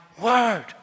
word